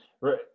Right